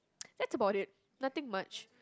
that's about it nothing much